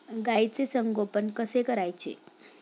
गाईचे संगोपन कसे करायचे?